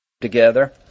together